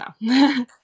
No